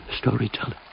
storyteller